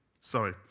sorry